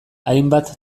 hainbat